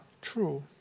true